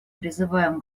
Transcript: призываем